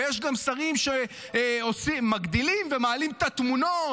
יש גם שרים שמגדילים ומעלים את התמונות.